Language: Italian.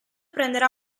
prenderà